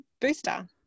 booster